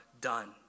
done